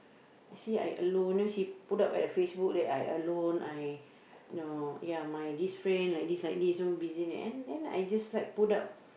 you see I alone then she put up at the Facebook that I alone I you know ya my this friend like this like this you know busy and then I just like put up